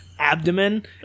abdomen